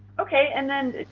okay, and then,